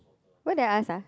what did I ask ah